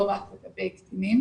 לא רק לגבי קטינים,